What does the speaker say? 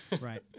Right